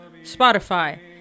Spotify